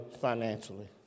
financially